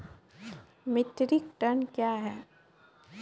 Metric ton कया हैं?